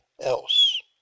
else